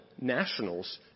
nationals